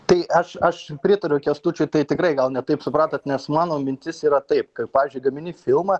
tai aš aš pritariu kęstučiui tai tikrai gal ne taip supratot nes mano mintis yra taip kai pavyzdžiui gamini filmą